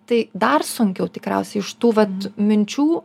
tai dar sunkiau tikriausiai iš tų vat minčių